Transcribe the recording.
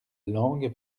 langue